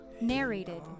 narrated